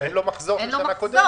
אין לו מחזור משנה קודמת.